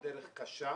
זאת קשה,